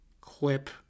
clip